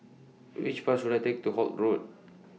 Which Bus should I Take to Holt Road